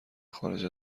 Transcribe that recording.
خارج